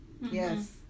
yes